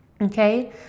Okay